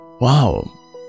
wow